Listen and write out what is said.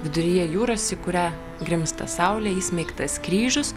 viduryje jūros į kurią grimzta saulė įsmeigtas kryžius